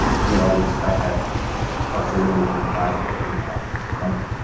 we were always stuck at fluctuating between five to twenty thousand a month,